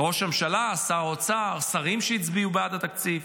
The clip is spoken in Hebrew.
ראש הממשלה, שר האוצר, שרים שהצביעו בעד התקציב,